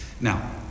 Now